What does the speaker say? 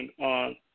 on